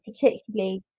particularly